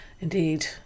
Indeed